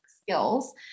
skills